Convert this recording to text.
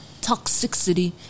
toxicity